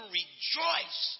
rejoice